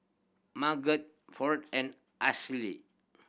Margot Fount and Ashli